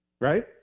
right